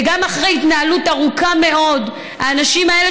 וגם אחרי התנהלות ארוכה מאוד האנשים האלה,